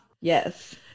Yes